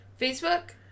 Facebook